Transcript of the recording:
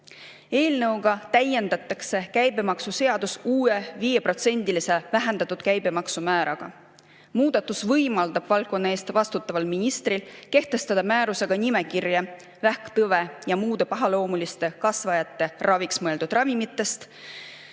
Eelnõuga täiendatakse käibemaksuseadust uue 5%-lise vähendatud käibemaksumääraga. Muudatus võimaldab valdkonna eest vastutaval ministril kehtestada määrusega nimekirja vähktõve ja muude pahaloomuliste kasvajate raviks mõeldud ravimitest,